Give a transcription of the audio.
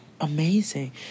amazing